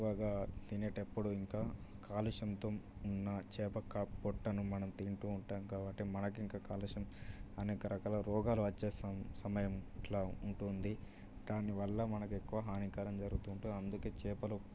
ఎక్కువగా తినేటప్పుడు ఇంకా కాలుష్యంతో ఉన్నా చేప క్క పొట్టను మనం తింటూ ఉంటాం కాబట్టి మనకింక కాలుష్యం అనేక రకాల రోగాలు వచ్చే స సమయం ఇట్లా ఉంటుంది దానివల్ల మనకెక్కువ హానికరం జరుగుతూ ఉంటుంది అందుకే చేపలు